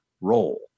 role